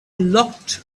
locked